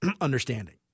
understanding